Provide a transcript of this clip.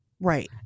right